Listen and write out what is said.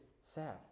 sad